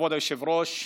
כבוד היושב-ראש,